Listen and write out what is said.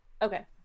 Okay